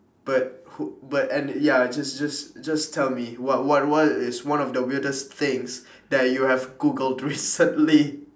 but who but and ya just just just tell me what what what is one of the weirdest things that you have googled recently